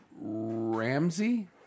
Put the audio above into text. Ramsey